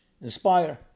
inspire